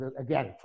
Again